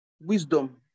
Wisdom